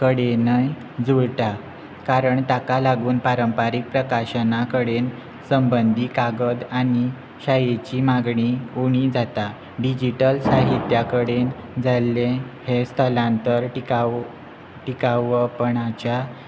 कडेनय जुळटा कारण ताका लागून पारंपारीक प्रकाशना कडेन संबंदी कागद आनी शाहीची मागणी उणी जाता डिजिटल साहित्या कडेन जाल्ले हे स्थलांतर टिकाव टिकावपणाच्या